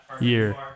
year